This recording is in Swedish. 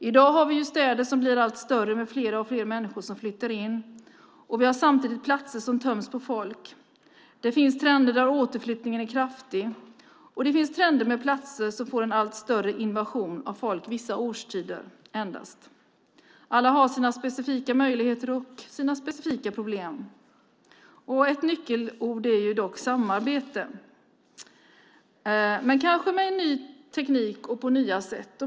I dag har vi städer som blir allt större med fler och fler människor som flyttar in. Samtidigt har vi platser som töms på folk. Det finns trender där återflyttningen är kraftig och det finns trender där en del platser får en allt större invasion av folk endast vissa årstider. Alla har sina specifika möjligheter och sina specifika problem. Ett nyckelord är samarbete, men kanske med ny teknik och på nya sätt.